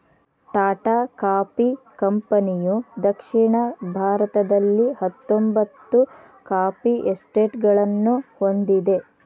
Tata coffee ಕಂಪನಿಯುದಕ್ಷಿಣ ಭಾರತದಲ್ಲಿಹತ್ತೊಂಬತ್ತು coffee ಎಸ್ಟೇಟ್ಗಳನ್ನು ಹೊಂದಿದೆ